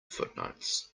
footnotes